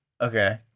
Okay